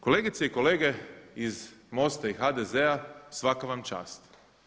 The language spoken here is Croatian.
Kolegice i kolege iz MOST-a i HDZ-a svaka vam čast.